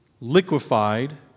liquefied